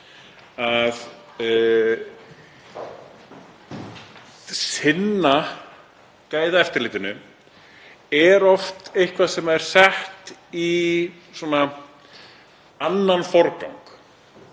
Að sinna gæðaeftirlitinu er oft eitthvað sem sett er í annan forgang.